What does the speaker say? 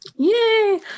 Yay